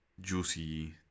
juicy